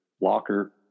locker